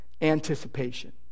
anticipation